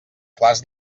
clars